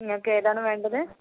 നിങ്ങൾക്കേതാണ് വേണ്ടത്